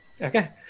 Okay